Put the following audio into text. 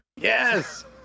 yes